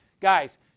Guys